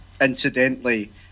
incidentally